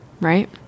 right